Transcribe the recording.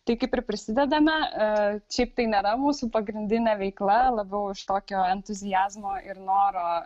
tai kaip ir prisidedame šiaip tai nėra mūsų pagrindinė veikla labiau iš tokio entuziazmo ir noro